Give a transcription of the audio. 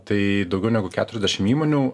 tai daugiau negu keturiasdešim įmonių